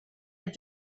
and